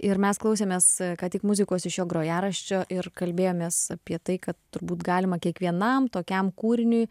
ir mes klausėmės ką tik muzikos iš jo grojaraščio ir kalbėjomės apie tai kad turbūt galima kiekvienam tokiam kūriniui